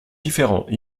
différents